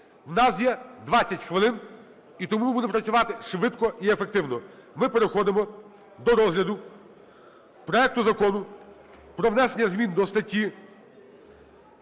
У нас є 20 хвилин, і тому ми будемо працювати швидко і ефективно. Ми переходимо до розгляду проекту Закону про внесення змін до деяких